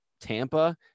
Tampa